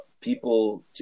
people